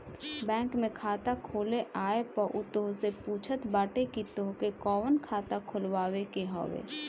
bank में खाता खोले आए पअ उ तोहसे पूछत बाटे की तोहके कवन खाता खोलवावे के हवे